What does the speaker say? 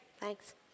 Thanks